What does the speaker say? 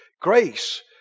Grace